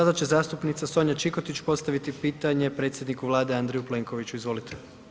Sada će zastupnica Sonja Čikotić postaviti pitanje predsjedniku Vlade Andreju Plenkoviću, izvolite.